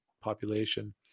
population